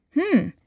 Hmm